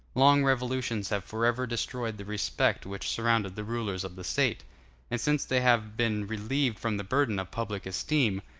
long revolutions have forever destroyed the respect which surrounded the rulers of the state and since they have been relieved from the burden of public esteem,